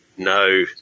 No